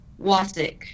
Wasik